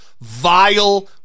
vile